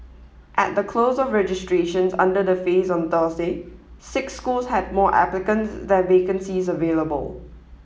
at the close of registrations under the phase on Tuesday six schools had more applicants than vacancies available